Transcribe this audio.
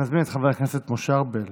אני מזמין את חבר הכנסת משה ארבל